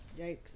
yikes